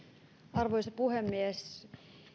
arvoisa puhemies